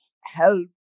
help